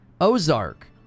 Ozark